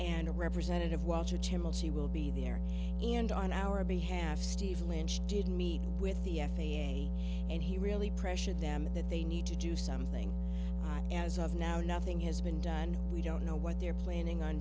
and a representative walter temple she will be there and on our behalf steve lynch did meet with the f a a and he really pressured them that they need to do something as of now nothing has been done we don't know what they're planning on